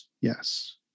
Yes